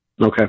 Okay